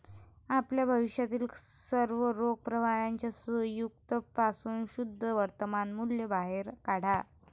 आपल्या भविष्यातील सर्व रोख प्रवाहांच्या संयुक्त पासून शुद्ध वर्तमान मूल्य बाहेर काढा